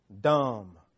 dumb